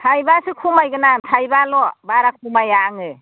थाइबासो खमायगोन आं थाइबाल' बारा खमाया आङो